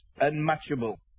unmatchable